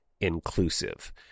inclusive